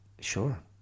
sure